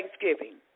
thanksgiving